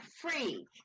free